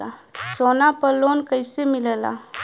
सोना पर loan कइसे मिलेला?